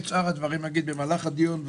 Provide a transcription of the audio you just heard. את שאר הדברים אגיד במהלך הדיון.